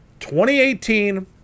2018